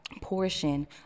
Portion